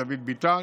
דוד ביטן,